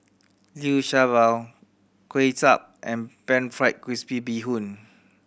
Liu Sha Bao Kuay Chap and Pan Fried Crispy Bee Hoon